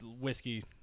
whiskey